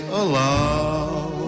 allow